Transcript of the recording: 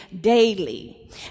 daily